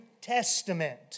Testament